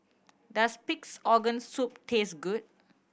does Pig's Organ Soup taste good